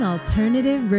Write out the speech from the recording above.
Alternative